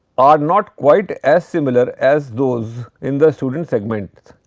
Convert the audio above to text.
are not quite as similar as those in the student segments,